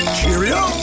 Cheerio